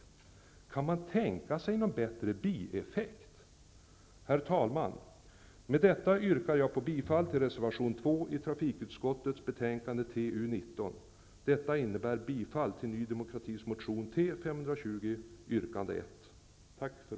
Kan man tänka sig en bättre ''bieffekt''? Herr talman! Med detta yrkar jag bifall till reservation 2 i trafikutskottets betänkande 1991/92:TU19. Detta innebär att jag yrkar bifall till yrkande 1 i Ny demokratis motion T520. Tack för ordet!